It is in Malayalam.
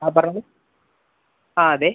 ആ പറഞ്ഞോളൂ ആ അതെ